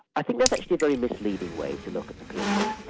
i think that's actually a very misleading way to look at the period,